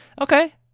Okay